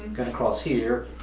gonna cross here.